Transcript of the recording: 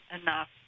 enough